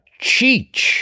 Cheech